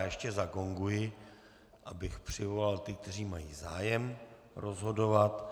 Ještě zagonguji, abych přivolal ty, kteří mají zájem rozhodovat.